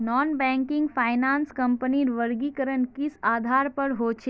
Non banking finance कंपनीर वर्गीकरण किस आधार पर होचे?